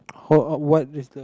oh uh what is the